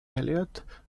elliot